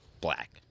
black